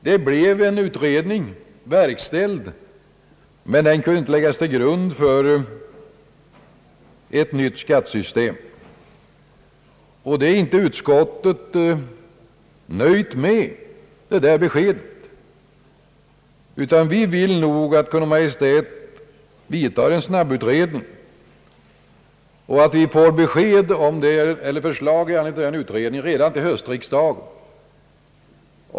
Det verkställdes en utredning, men den kunde inte läggas till grund för ett nytt skattesystem. Utskottet nöjer sig inte med det beskedet, utan vill att Kungl. Maj:t vidtar en snabbutredning och att vi får förslag redan till höstriksdagen.